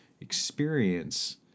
experience